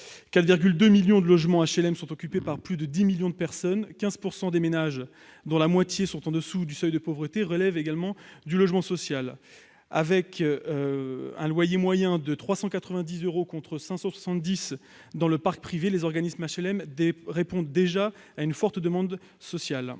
4,2 millions de logements HLM, occupés par plus de 10 millions de personnes, et 15 % des ménages, dont la moitié vit en dessous du seuil de pauvreté, relèvent du logement social. Pratiquant un loyer moyen de 390 euros, contre 570 euros dans le parc privé, les organismes d'HLM répondent déjà à une forte demande sociale.